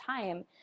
time